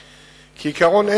כעיקרון,